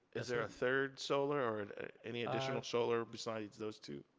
is there a third solar, or any additional solar besides those two?